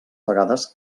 vegades